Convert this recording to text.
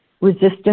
Resistance